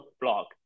blog